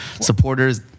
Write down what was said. supporters